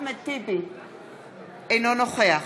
אינו נוכח